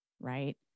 right